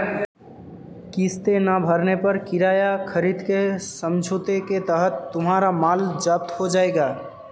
किस्तें ना भरने पर किराया खरीद के समझौते के तहत तुम्हारा माल जप्त हो जाएगा